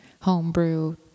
homebrew